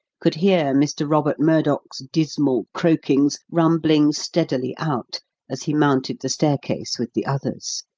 could hear mr. robert murdock's dismal croakings rumbling steadily out as he mounted the staircase with the others.